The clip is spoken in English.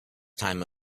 time